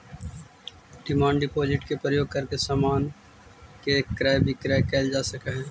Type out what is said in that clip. demand deposit के प्रयोग करके समान के क्रय विक्रय कैल जा सकऽ हई